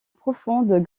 profondes